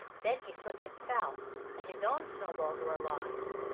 then he slipped and fell and his own snowballs were lost.